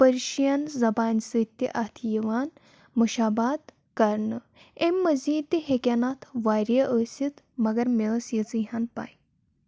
Persian زبانہِ سۭتۍ تہِ اَتھ یِوان مُشابات کرنہٕ امہِ مٔزیٖد تہِ ہیٚکن اَتھ واریاہ ٲسِتھ مگر مےٚ ٲسۍ ییٖژٕے ہنٔۍ پَے